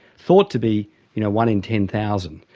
thought to be you know one in ten thousand.